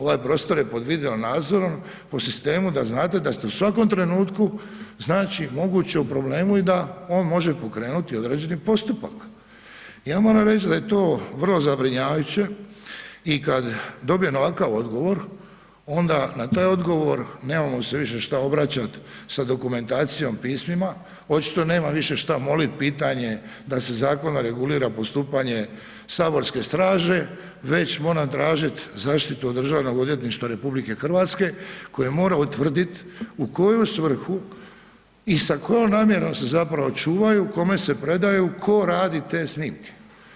Ovaj prostor je pod video nadzorom po sistemu da znate da ste u svakom trenutku znači moguće u problemu i da on može pokrenuti određeni postupak. ja moram reći da je to vrlo zabrinjavajuće i kad dobijem ovakav odgovor, onda na taj odgovor nemamo se više što obraćati sa dokumentacijom, pismima, očito nemam više što moliti pitanje da se zakonom regulira postupanje Saborske straže, već moram tražit zaštitu od Državnog odvjetništva RH koje mora utvrdit u koju svrhu i sa kojom namjerom se zapravo se čuvaju, kome se predaju, tko radi te snimke.